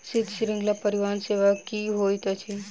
शीत श्रृंखला परिवहन सेवा की होइत अछि?